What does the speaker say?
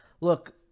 Look